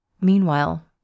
Meanwhile